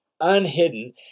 unhidden